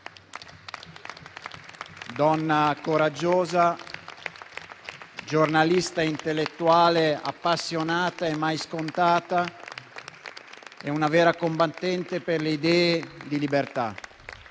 donna coraggiosa, giornalista e intellettuale appassionata e mai scontata, una vera combattente per le idee di libertà.